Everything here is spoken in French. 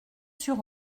sur